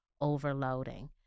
overloading